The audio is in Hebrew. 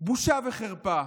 בושה וחרפה.